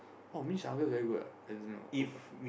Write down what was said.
!wah! means Argus very good ah as in